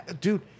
dude